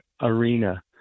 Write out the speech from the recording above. arena